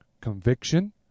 conviction